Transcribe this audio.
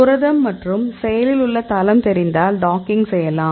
புரதம் மற்றும் செயலில் உள்ள தளம் தெரிந்தால் டாக்கிங் செய்யலாம்